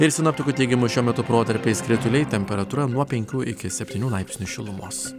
ir sinoptikų teigimu šiuo metu protarpiais krituliai temperatūra nuo penkių iki septynių laipsnių šilumos